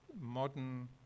modern